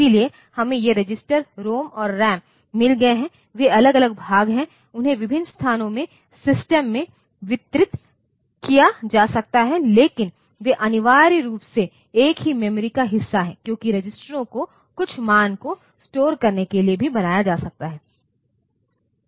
इसलिए हमें ये रजिस्टर रोम और रैम मिल गए हैं वे अलग अलग भाग हैं उन्हें विभिन्न स्थानों में सिस्टम में वितरित किया जा सकता है लेकिन वे अनिवार्य रूप से एक ही मेमोरी का हिस्सा हैं क्योंकि रजिस्टरों को कुछ मान को स्टोर करने के लिए भी बनाया जा सकता है